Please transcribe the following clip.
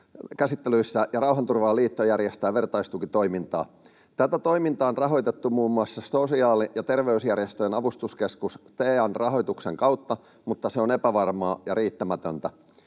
ja Rauhanturvaajaliitto järjestää vertaistukitoimintaa. Tätä toimintaa on rahoitettu muun muassa Sosiaali- ja terveysjärjestöjen avustuskeskus STEAn rahoituksen kautta, mutta se on epävarmaa ja riittämätöntä.